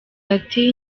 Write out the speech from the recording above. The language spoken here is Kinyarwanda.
ati